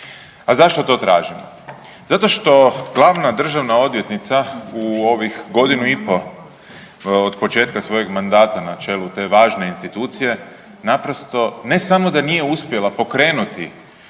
A zašto to tražimo? Zato što Glavna državna odvjetnica u ovih godinu i po od početka svojeg mandata na čelu te važne institucije naprosto ne samo da nije uspjela pokrenuti